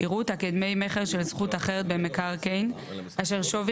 יראו אותה כדמי מכר של זכות אחרת במקרקעין אשר שווי